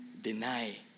deny